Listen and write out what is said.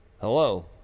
Hello